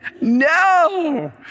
No